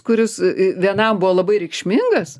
kuris vienam buvo labai reikšmingas